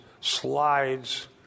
slides